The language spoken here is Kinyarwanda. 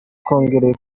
kongere